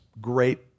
great